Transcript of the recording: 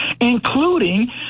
including